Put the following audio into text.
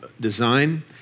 design